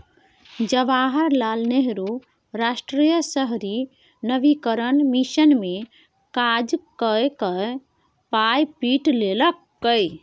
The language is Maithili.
जवाहर लाल नेहरू राष्ट्रीय शहरी नवीकरण मिशन मे काज कए कए पाय पीट लेलकै